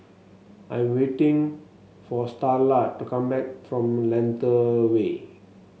I am waiting for Starla to come back from Lentor Way